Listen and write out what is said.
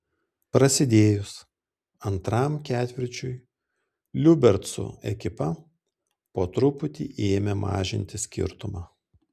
prasidėjus antram ketvirčiui liubercų ekipa po truputį ėmė mažinti skirtumą